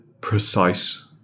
precise